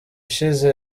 ishize